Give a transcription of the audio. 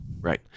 right